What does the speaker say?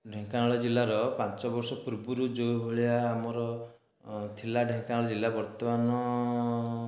ଢେଙ୍କାନାଳ ଜିଲ୍ଲାର ପାଞ୍ଚ ବର୍ଷ ପୂର୍ବରୁ ଯେଉଁଭଳିଆ ଆମର ଥିଲା ଆମର ଢେଙ୍କାନାଳ ଜିଲ୍ଲା ବର୍ତ୍ତମାନ